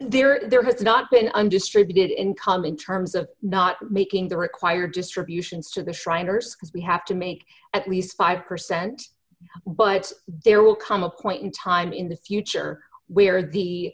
remember there has not been undistributed income in terms of not making the required distributions to the shriners we have to make at least five percent but there will come a point in time in the future where the